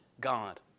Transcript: God